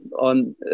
on